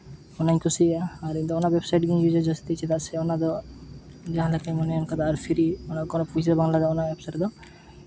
ᱚᱱᱟᱧ ᱠᱩᱥᱤᱭᱟᱜᱼᱟ ᱟᱨ ᱤᱧᱫᱚ ᱚᱱᱟ ᱳᱭᱮᱵᱥᱟᱹᱭᱤᱴ ᱜᱤᱧ ᱤᱭᱩᱥᱟ ᱪᱮᱫᱟᱜ ᱥᱮ ᱚᱱᱟᱫᱚ ᱡᱟᱦᱟᱸ ᱞᱮᱠᱟᱧ ᱢᱚᱱᱮᱭᱟ ᱚᱱᱠᱟ ᱫᱚ ᱟᱨ ᱯᱷᱨᱤ ᱚᱠᱟᱨᱮ ᱯᱩᱭᱥᱟᱹ ᱵᱟᱝ ᱞᱟᱜᱟᱜᱼᱟ ᱚᱱᱟ ᱮᱯᱥ ᱨᱮᱫᱚ